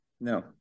No